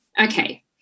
Okay